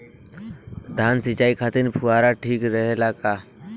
धान सिंचाई खातिर फुहारा ठीक रहे ला का?